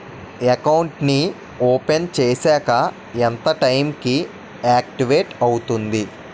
Account నీ open చేశాక ఎంత టైం కి ఆక్టివేట్ అవుతుంది?